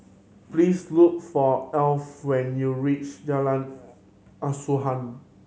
please look for Arlo when you reach Jalan Asuhan